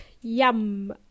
Yum